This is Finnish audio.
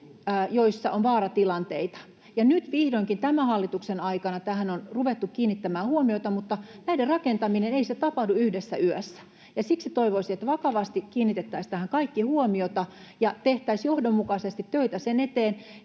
joissa on vaaratilanteita. Nyt vihdoinkin tämän hallituksen aikana tähän on ruvettu kiinnittämään huomiota, mutta näiden rakentaminen ei tapahdu yhdessä yössä. Siksi toivoisin, että vakavasti kiinnitettäisiin kaikki tähän huomiota ja tehtäisiin johdonmukaisesti töitä sen eteen